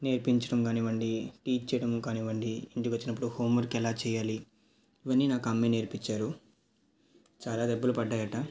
నేర్పించడం కానివ్వండి టీచ్ చేయడం కానివ్వండి ఇంటికి వచ్చినపుడు హోమ్వర్క్ ఎలా చేయాలి ఇవన్నీ నాకు అమ్మే నేర్పించారు చాలా దెబ్బలు పడ్డాయట